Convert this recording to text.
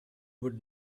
would